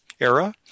era